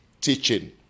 teaching